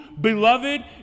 beloved